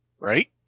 right